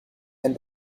and